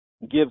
gives